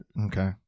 Okay